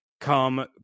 come